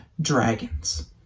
dragons